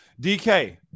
DK